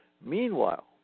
Meanwhile